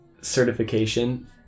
certification